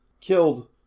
Killed